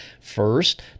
First